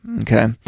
okay